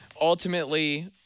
ultimately